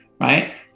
right